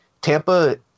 Tampa